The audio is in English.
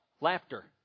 Laughter